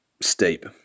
steep